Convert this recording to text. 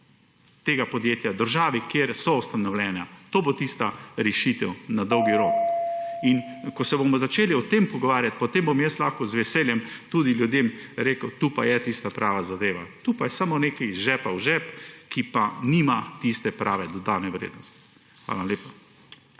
tega podjetja, v državi, kjer so ustanovljena. To bo tista rešitev na dolgi rok. In ko se bomo začeli o tem pogovarjati, potem bom jaz lahko z veseljem tudi ljudem rekel, to pa je tista prava zadeva. Tu pa je samo nekaj iz žepa v žep, ki pa nima tiste prave dodane vrednosti. Hvala lepa.